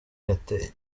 yateye